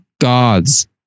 God's